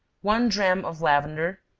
one drachm of lavender,